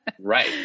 right